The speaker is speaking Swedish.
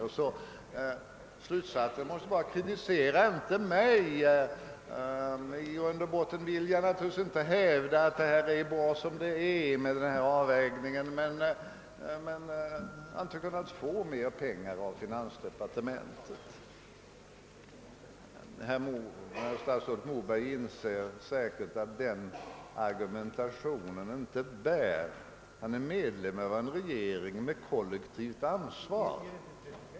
Slutsatsen måste vara att statsrådet vill säga: Kritisera inte mig; i grund och botten vill jag naturligtvis inte hävda att denna avvägning är bra som den är, men jag har inte kunnat få mer pengar av finansdepartementet. Statsrådet Moberg inser säkerligen att den argumentationen inte bär. Han är medlem av en regering med ett kollektivt ansvar.